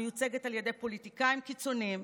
המיוצגת על ידי פוליטיקאים קיצוניים,